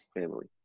family